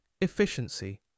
efficiency